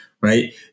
right